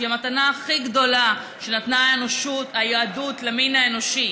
שהיא המתנה הכי גדולה שנתנה היהדות למין האנושי,